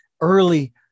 early